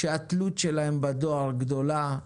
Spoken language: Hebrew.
שהתלות שלהם בדואר גדולה,